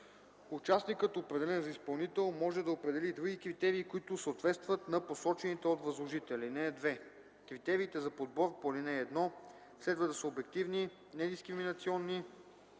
Участникът, определен за изпълнител, може да определи и други критерии, които съответстват на посочените от възложителя. (2) Критериите за подбор по ал. 1 следва да са обективни, недискриминационни,